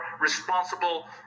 responsible